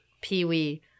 Pee-wee